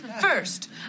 First